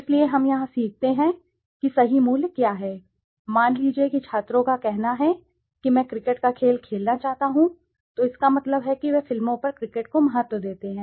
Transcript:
इसलिए हम यहां सीखते हैं कि सही मूल्य क्या है मान लीजिए कि छात्रों का कहना है कि मैं क्रिकेट का खेल खेलना चाहता हूं तो इसका मतलब है कि वह फिल्मों पर क्रिकेट को महत्व देते हैं